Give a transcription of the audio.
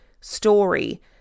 story